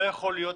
לא יכול להיות,